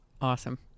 Awesome